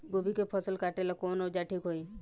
गोभी के फसल काटेला कवन औजार ठीक होई?